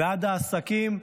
ועד העסקים,